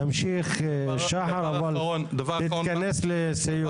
תמשיך שחר, אבל תתכנס לסיום.